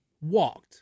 walked